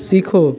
सीखो